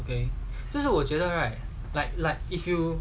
对就是我觉得 right like like if you